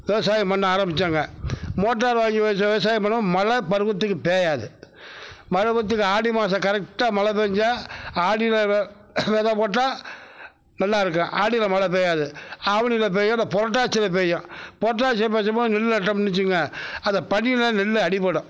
விவசாயம் பண்ண ஆரமித்தோங்க மோட்டார் வாங்கி வச்சு விவசாயம் பண்ணுவோம் மழை பருவத்துக்கு பெய்யாது மழை பருவத்துக்கு ஆடி மாதம் கரெக்ட்டாக மழை பெஞ்சா ஆடி விதை விதை போட்டால் நல்லாயிருக்கும் ஆடியில் மழை பெய்யாது ஆவணியில் பெய்யும் அப்புறம் புரட்டாசில பெய்யும் புரட்டாசில மாதம் நெல் நட்டோம்ன்னு வச்சுக்கோங்க அந்த பனியில் நெல் அடிப்படும்